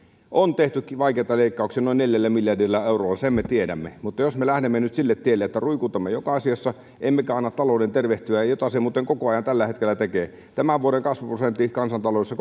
on tehty vaikeita leikkauksia noin neljällä miljardilla eurolla sen me tiedämme mutta jos me lähdemme nyt sille tielle että ruikutamme joka asiassa emmekä anna talouden tervehtyä jota se muuten koko ajan tällä hetkellä tekee tämän vuoden kasvuprosentti kansantaloudessa